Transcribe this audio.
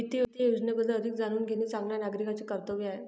वित्त योजनेबद्दल अधिक जाणून घेणे चांगल्या नागरिकाचे कर्तव्य आहे